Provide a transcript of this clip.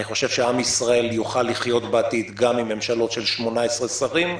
אני חושב שעם ישראל יוכל לחיות בעתיד גם עם ממשלות של 18 שרים,